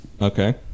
Okay